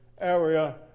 area